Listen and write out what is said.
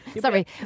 sorry